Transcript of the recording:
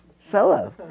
Solo